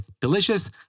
delicious